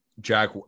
Jack